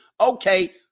Okay